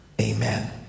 amen